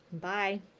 Bye